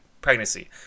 pregnancy